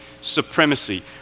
Supremacy